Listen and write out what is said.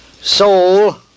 soul